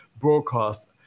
broadcast